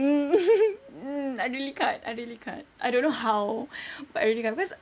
mm I really can't I really can't I don't know how but I really can't cause